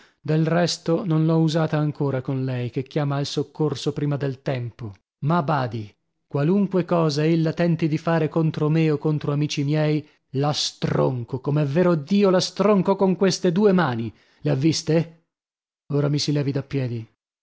del resto non l'ho usata ancora con lei che chiama al soccorso prima del tempo ma badi qualunque cosa ella tenti di fare contro me o contro amici miei la stronco com'è vero dio la stronco con queste due mani le ha viste ora mi si levi da piedi